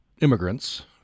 immigrants